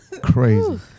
Crazy